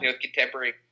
contemporary